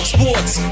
sports